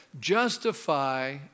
justify